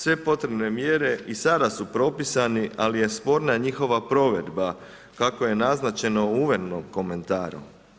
Sve potrebne mjere i sada su propisane, ali je sporna njihova provedba kako je naznačeno u uvodnom komentaru.